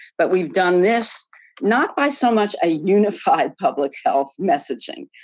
but we've done this not by so much a unified public health messaging.